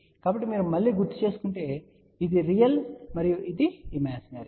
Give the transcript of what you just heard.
కాబట్టి మీరు మళ్ళీ గుర్తుచేసుకుంటే ఇది రియల్ మరియు ఇది ఇమాజినరీ